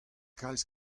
kalz